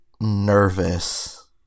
nervous